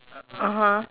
(uh huh)